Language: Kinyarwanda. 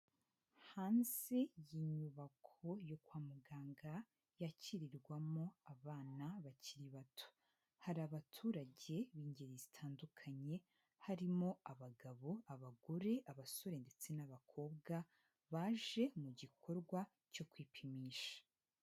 Hanze y'inyubako yo kwa muganga yakirirwamo abana bakiri bato hari abaturage b'ingeri zitandukanye harimo abagabo, abagore, abasore ndetse n'abakobwa baje mu gikorwa cyo kwipimisha.